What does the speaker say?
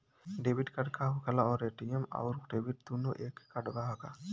Debit card का होखेला और ए.टी.एम आउर डेबिट दुनों एके कार्डवा ह का?